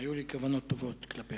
היו לי כוונות טובות כלפיך.